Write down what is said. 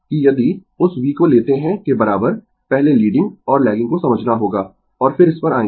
कि यदि उस v को लेते है के बराबर पहले लीडिंग और लैगिंग को समझना होगा और फिर इस पर आएंगें